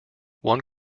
one